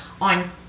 on